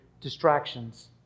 distractions